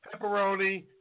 pepperoni